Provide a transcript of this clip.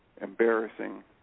embarrassing